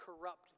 corrupt